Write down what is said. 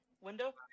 window